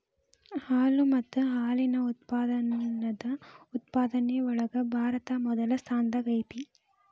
ಹಾಲು ಮತ್ತ ಹಾಲಿನ ಉತ್ಪನ್ನದ ಉತ್ಪಾದನೆ ಒಳಗ ಭಾರತಾ ಮೊದಲ ಸ್ಥಾನದಾಗ ಐತಿ